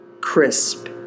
crisp